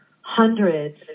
hundreds